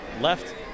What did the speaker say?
left